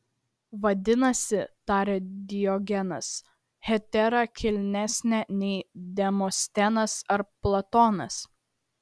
vadinasi tarė diogenas hetera kilnesnė nei demostenas ar platonas